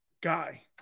guy